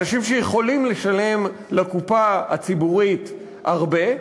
אנשים שיכולים לשלם לקופה הציבורית הרבה,